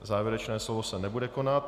Závěrečné slovo se nebude konat.